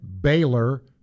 Baylor